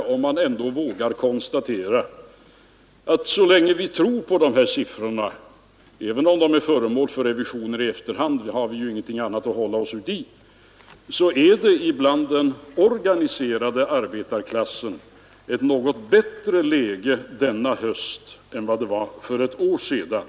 Låt mig då konstatera ätt så långt vi kan tro på de framräknade siffrorna, som blir föremål för revisioner i efterhand — vi har ju inget annat att hålla oss till — så är läget inom den organiserade arbetarklassen något bättre denna höst än för ett år sedan.